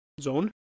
zone